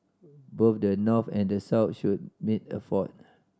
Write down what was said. both the North and the South should make effort